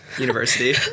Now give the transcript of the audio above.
university